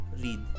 read